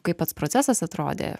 kaip pats procesas atrodė